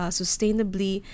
sustainably